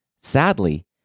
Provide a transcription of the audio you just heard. Sadly